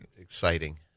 exciting